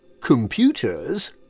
computers